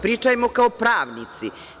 Pričajmo kao pravnici.